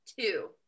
two